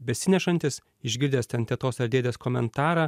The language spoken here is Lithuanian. besinešantis išgirdęs ten tetos ar dėdės komentarą